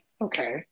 Okay